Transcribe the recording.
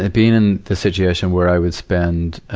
ah being in the situation where i would spend,